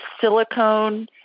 silicone